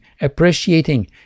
appreciating